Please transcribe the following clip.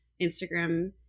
Instagram